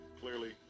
Clearly